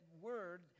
word